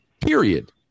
Period